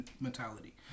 mentality